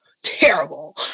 Terrible